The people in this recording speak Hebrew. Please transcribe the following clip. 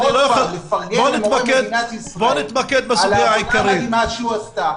אני מפרגן למורים במדינת ישראל על הדבר המדהים שהם עשו,